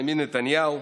בנימין נתניהו,